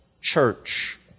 church